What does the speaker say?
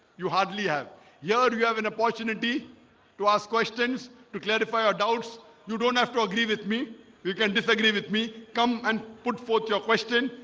you hardly have yeah ah yell. you have an opportunity to ask questions to clarify our doubts you don't have to agree with me we can disagree with me come and put forth. your question.